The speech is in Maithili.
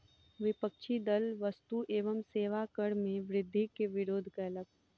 विपक्षी दल वस्तु एवं सेवा कर मे वृद्धि के विरोध कयलक